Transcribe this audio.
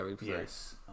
Yes